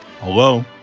Hello